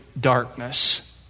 darkness